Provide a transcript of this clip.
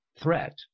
threat